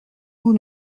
vous